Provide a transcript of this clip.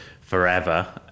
forever